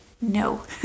No